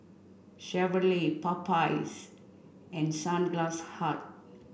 Chevrolet Popeyes and Sunglass Hut